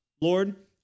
Lord